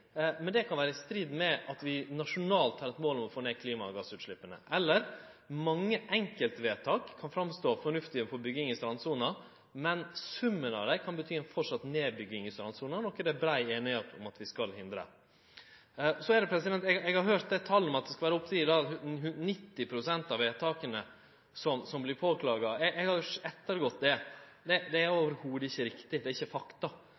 kan vere i strid med at vi nasjonalt har eit mål om å få ned klima- og gassutsleppa. Mange enkeltvedtak kan framstå som fornuftige for bygging i strandsona, men summen av dei kan bety ei ytterlegare nedbygging i strandsona, noko det er brei einigheit om at vi skal hindre. Eg har høyrt at det skal vere opp mot om lag 90 pst. av vedtaka som blir påklaga. Eg har ettergått det, og det er overhodet ikkje